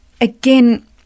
again